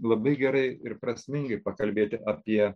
labai gerai ir prasmingai pakalbėti apie